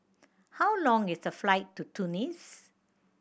how long is the flight to Tunis